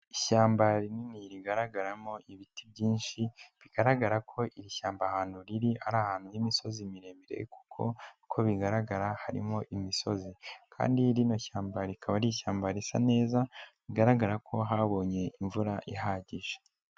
Ishyamba rinini rigaragaramo ibiti byinshi bigaragara ko iri shyamba ahantu riri ari ahantu h'imisozi miremire kuko uko bigaragara harimo imisozi, kandi y'iryo shyamba rikaba ari ishyamba risa neza bigaragara ko habonye imvura ihagije.